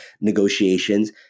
negotiations